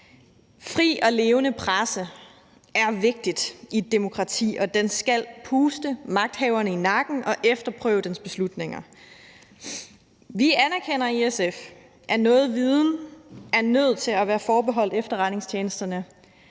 fri og levende presse er vigtig i et demokrati, og den skal puste magthaverne i nakken og efterprøve dens beslutninger. Vi anerkender i SF, at noget viden er nødt til at være forbeholdt efterretningstjenesterne